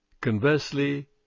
Conversely